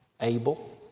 Abel